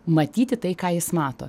matyt tai ką jis mato